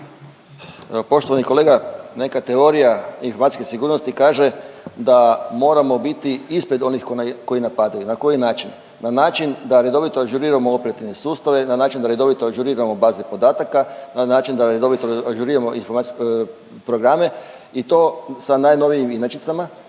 Poštovani kolega, neka teorija informacijske sigurnosti kaže da moramo biti ispred onih koji napadaju. Na koji način? Na način da redovito ažuriramo operativne sustave, na način da redovito ažuriramo baze podataka, na način da redovito ažuriramo programe i sa najnovijim inačicama